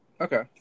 Okay